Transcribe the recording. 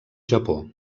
japó